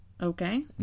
okay